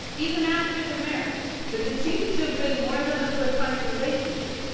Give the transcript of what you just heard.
even after the marriage. but it seemed to have been more than a platonic relationship,